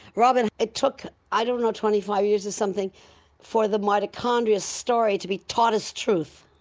robyn, it took, i don't know, twenty five years or something for the mitochondria story to be taught as truth.